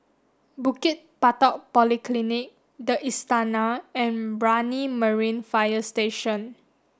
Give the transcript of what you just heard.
Bukit Batok Polyclinic the Istana and Brani Marine Fire Station